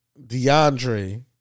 DeAndre